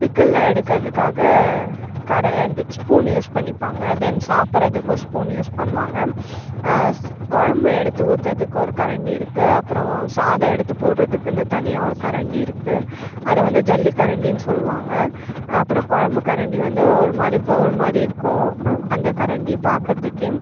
பிக்குல்லாம் எடுக்குறதுக்காக கர இது ஸ்பூன் யூஸ் பண்ணிப்பாங்க தென் சாப்புடுறதுக்கும் ஸ்பூன் யூஸ் பண்ணுவாங்கள் குழம்பு எடுத்து ஊத்துறதுக்கு ஒரு கரண்டி இருக்குது அப்புறம் சாதம் எடுத்து போடுறதுக்குன்னு தனியா ஒரு கரண்டி இருக்குது அதை வந்து ஜல்லி கரண்டினு சொல்லுவாங்க அப்புறம் குழம்பு கரண்டி வந்து ஒரு மாதிரி பவுல் மாதிரி இருக்கும் அந்த கரண்டி பார்க்குறதுக்கே